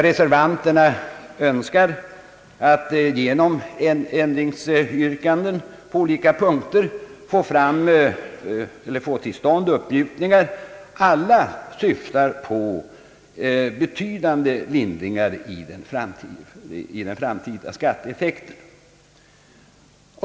Reservanterna önskar genom ändringsyrkanden på olika punkter få till stånd uppmjukningar, som alla syftar till betydande lindringar i den framtida skatteeffekten.